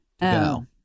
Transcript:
No